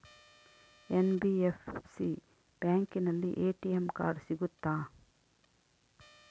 NBFC ಬ್ಯಾಂಕಿನಲ್ಲಿ ATM card ಸಿಗುತ್ತಾ?